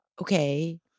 okay